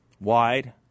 wide